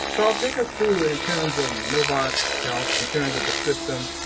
carl, take us through in terms of novant health, in terms of the system.